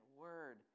word